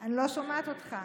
אני לא שומעת אותך.